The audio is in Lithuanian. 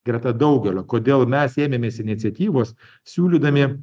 greta daugelio kodėl mes ėmėmės iniciatyvos siūlydami